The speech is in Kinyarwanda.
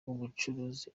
ubucuruzi